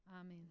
amen